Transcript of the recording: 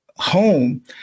home